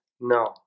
No